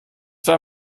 war